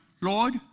Lord